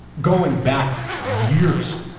going back years,